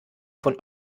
von